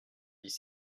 dix